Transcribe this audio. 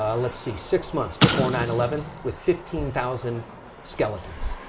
um let's see. six months before nine eleven. with fifteen thousand skeletons.